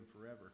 forever